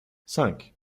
cinq